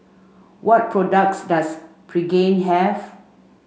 what products does Pregain have